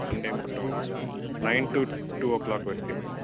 Sunday மட்டும் nine to two o'clock வரைக்கும் இருப்போம்